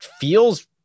Feels